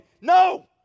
No